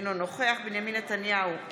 אינו נוכח בנימין נתניהו,